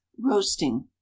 Roasting